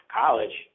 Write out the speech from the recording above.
college